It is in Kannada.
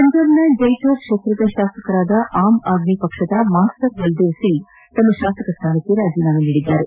ಪಂಜಾಬ್ನಲ್ಲಿ ಜೈತೋ ಕ್ಷೇತ್ರದ ಶಾಸಕ ಆಮ್ ಆದ್ಮಿ ಪಕ್ಷದ ಮಾಸ್ಟರ್ ಬಲದೇವ್ ಸಿಂಗ್ ತಮ್ಮ ಶಾಸಕ ಸ್ಥಾನಕ್ಕೆ ರಾಜೀನಾಮೆ ನೀಡಿದ್ದಾರೆ